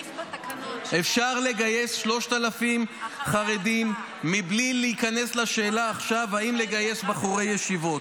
אפשר לגייס 3,000 חרדים בלי להיכנס לשאלה עכשיו אם לגייס בחורי ישיבות.